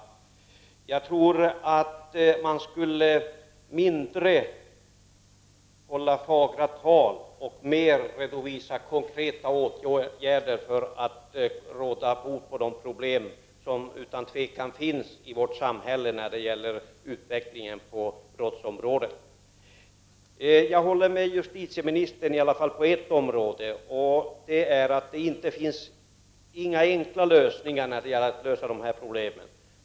Enligt min mening borde man i mindre utsträckning hålla fagra tal, och mer redovisa konkreta åtgärder för att råda bot på de problem som utan tvivel finns i vårt samhälle när det gäller utvecklingen i fråga om brottsligheten. Jag håller i alla fall på ett område med justitieministern, nämligen att det inte finns några enkla lösningar på dessa problem.